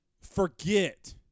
forget